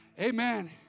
Amen